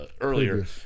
earlier